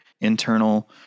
internal